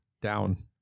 down